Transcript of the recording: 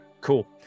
cool